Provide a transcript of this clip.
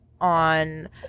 on